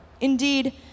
Indeed